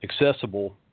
accessible